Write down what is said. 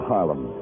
Harlem